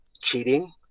cheating